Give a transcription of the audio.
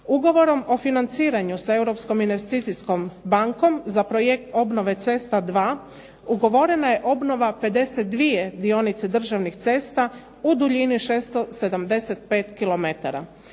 Ugovorom o financiranju sa Europskom investicijskom bankom za projekt obnove cesta dva, ugovorena je obnova 52 dionice državnih cesta u duljini 675